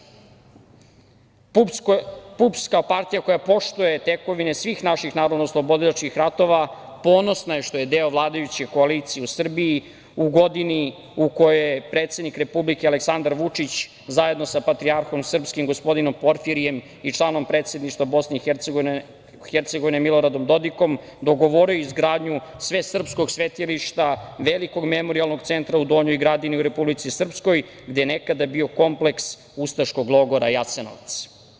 Partija ujedinjenih penzionera Srbije, kao partija koja poštuje tekovine svih naših narodnooslobodilačkih ratova, ponosna je što je deo vladajuće koalicije u Srbiji u godini u kojoj je predsednik Republike Aleksandar Vučić, zajedno sa patrijarhom srpskim gospodinom Porfirijem i članom Predsedništva BiH Miloradom Dodikom, dogovorio izgradnju svesrpskog svetilišta, velikog memorijalnog centra u Donjoj Gradini u Republici Srpskoj gde je nekada bio kompleks ustaškog logora Jasenovac.